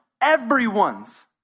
everyone's